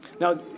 Now